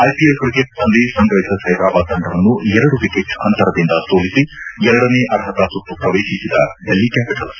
IPL ಕ್ರಿಕೆಟ್ನಲ್ಲಿ Sunrisers Hyderabad ತಂಡವನ್ನು ಎರಡು ವಿಕೆಟ್ ಅಂತರದಿಂದ ಸೋಲಿಸಿ ಎರಡನೇ ಅರ್ಹತಾ ಸುತ್ತು ಪ್ರವೇಶಿಸಿದ ಡೆಲ್ಲಿ ಕ್ನಾಪಿಟಲ್ಸ್